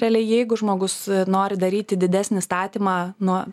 realiai jeigu žmogus nori daryti didesnį statymą nuo